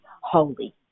holy